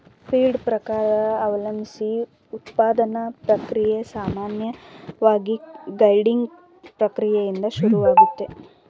feed ಪ್ರಕಾರ ಅವಲಂಬ್ಸಿ ಉತ್ಪಾದನಾ ಪ್ರಕ್ರಿಯೆ ಸಾಮಾನ್ಯವಾಗಿ ಗ್ರೈಂಡಿಂಗ್ ಪ್ರಕ್ರಿಯೆಯಿಂದ ಶುರುವಾಗ್ತದೆ